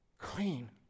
clean